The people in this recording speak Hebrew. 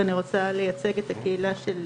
ואני רוצה לייצג את הקהילה של